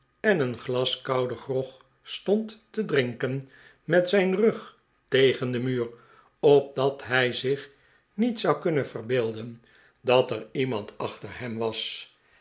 en een glas kouden grog stond te drinken met zijn rug tegen den muur op dat hij zich niet zou kunnen verbeelden dat er iemand achter hem was